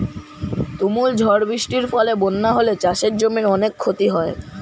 তুমুল ঝড় বৃষ্টির ফলে বন্যা হলে চাষের জমির অনেক ক্ষতি হয়